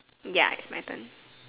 ya it's my turn